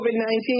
COVID-19